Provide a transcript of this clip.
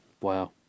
Wow